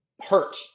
hurt